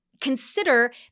consider